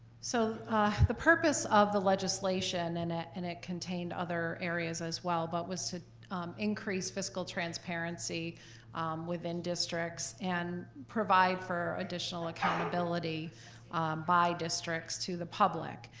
so the purpose of the legislation, and it and it contained other areas as well, but was to increase fiscal transparency within districts and provide for additional accountability by districts to the public.